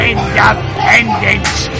Independence